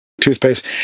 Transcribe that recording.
toothpaste